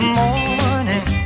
morning